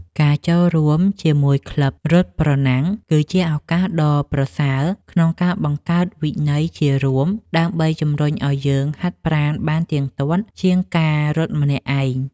ការចូលរួមជាមួយក្លឹបរត់ប្រណាំង គឺជាឱកាសដ៏ប្រសើរក្នុងការបង្កើតវិន័យជារួម ដើម្បីជម្រុញឱ្យយើងហាត់ប្រាណបានទៀងទាត់ជាងការរត់ម្នាក់ឯង។